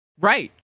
Right